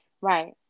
right